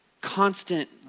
constant